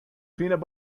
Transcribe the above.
peanut